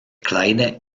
kleine